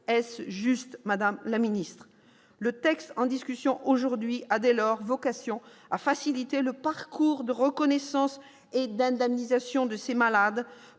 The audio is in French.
Est-ce juste, madame la ministre ? Le texte en discussion aujourd'hui a dès lors vocation à faciliter le parcours de reconnaissance et d'indemnisation de ces malades